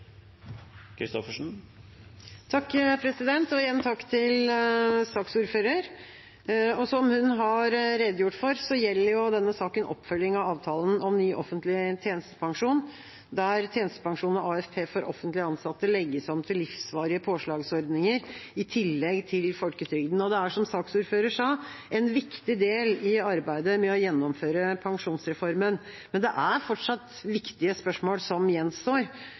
Igjen takk til saksordføreren. Som hun har redegjort for, gjelder denne saken oppfølging av avtalen om ny offentlig tjenestepensjon, der tjenestepensjon og AFP for offentlig ansatte legges om til livsvarige påslagsordninger i tillegg til folketrygden. Det er som saksordføreren sa, en viktig del av arbeidet med å gjennomføre pensjonsreformen. Men det er fortsatt viktige spørsmål som gjenstår